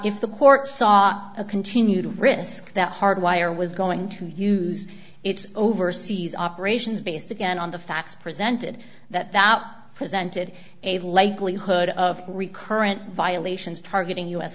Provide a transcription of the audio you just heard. if the court saw a continued risk that hardwire was going to use its over or seize operations based again on the facts presented that that presented a likelihood of recurrent violations targeting u